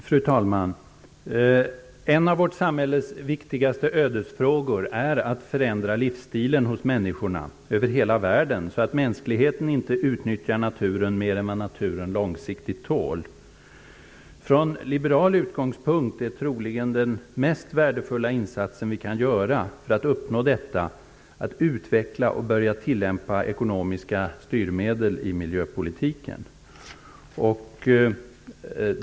Fru talman! En av vårt samhälles viktigaste ödesfrågor är att förändra livsstilen hos människor över hela världen, så att mänskligheten inte utnyttjar naturen mer än vad naturen långsiktigt tål. Från liberal utgångspunkt är troligen den mest värdefulla insats vi kan göra för att uppnå detta att utveckla och börja tillämpa ekonomiska styrmedel i miljöpolitiken.